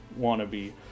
wannabe